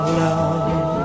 love